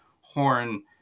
horn